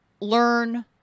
learn